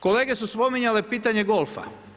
Kolege su spominjale pitanje golfa.